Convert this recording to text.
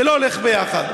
זה לא הולך ביחד.